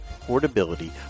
portability